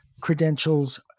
credentials